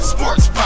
Sports